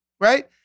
right